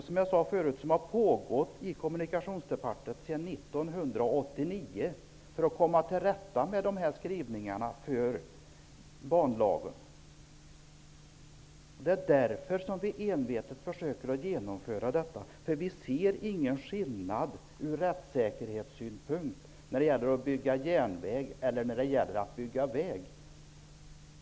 Som jag sade förut har det pågått ett arbete i Kommunikationsdepartementet sedan 1989 för att komma till rätta med skrivningarna om banlagen. Det är därför som vi envetet försöker att genomföra detta. Ur rättssäkerhetssynpunkt ser vi ingen skillnad mellan att bygga järnväg och att bygga väg.